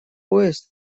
поезд